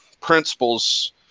principles